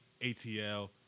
ATL